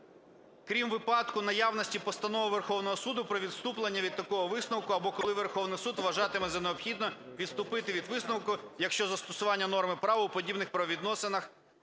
"крім випадку наявності постанови Верховного Суду про відступлення від такого висновку або коли Верховний Суд вважатиме за необхідне відступити від висновку, якщо застосування норми права у подібних правовідносинах